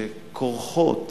שכורכות